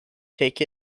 take